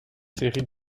séries